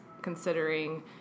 considering